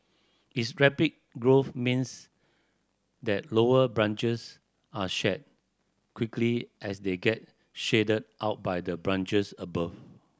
its rapid growth means that lower branches are shed quickly as they get shaded out by the branches above